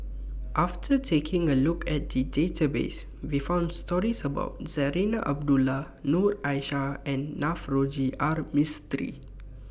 after taking A Look At The Database We found stories about Zarinah Abdullah Noor Aishah and Navroji R Mistri